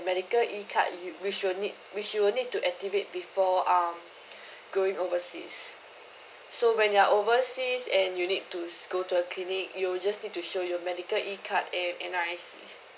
a medical E card which you need which you'll need to activate before um going overseas so when you're overseas and you need to go to a clinic you'll just need to show your medical E card and N_R_I_C